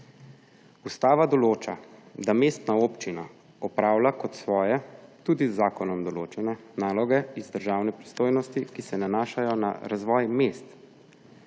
Ustava določa, da mestna občina opravlja kot svoje tudi z zakonom določene naloge iz državne pristojnosti, ki se nanašajo na razvoj mest.